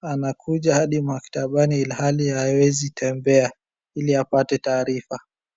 anakuja hadi maktabani ilhali hawezi tembea ili apate taarifa,.